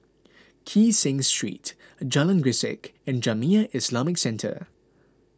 Kee Seng Street Jalan Grisek and Jamiyah Islamic Centre